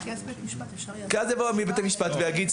כי אז יבוא בית המשפט ויגיד,